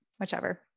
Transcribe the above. whichever